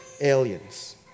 aliens